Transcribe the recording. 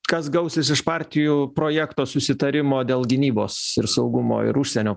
kas gausis iš partijų projekto susitarimo dėl gynybos ir saugumo ir užsienio